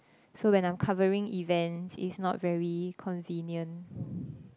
so when I'm covering events it's not very convenient